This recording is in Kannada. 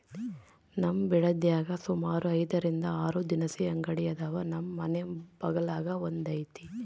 ನಮ್ ಬಿಡದ್ಯಾಗ ಸುಮಾರು ಐದರಿಂದ ಆರು ದಿನಸಿ ಅಂಗಡಿ ಅದಾವ, ನಮ್ ಮನೆ ಬಗಲಾಗ ಒಂದೈತೆ